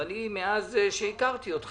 הדבר השני, העיר אינה באזור פיתוח